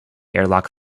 airlock